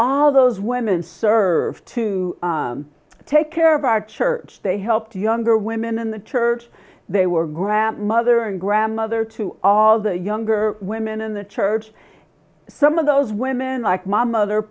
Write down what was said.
all those women serve to take care of our church they helped younger women in the church they were grandmother and grandmother to all the younger women in the church some of those women like my mother